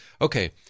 Okay